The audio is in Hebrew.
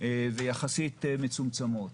בראש השנה וביום העצמאות.